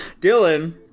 Dylan